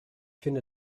finde